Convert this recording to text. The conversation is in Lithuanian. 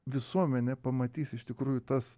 visuomenė pamatys iš tikrųjų tas